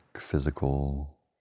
physical